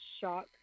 shock